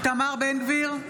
איתמר בן גביר?